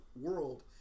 world